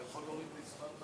אדוני היושב-ראש,